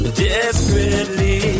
desperately